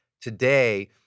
today